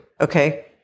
Okay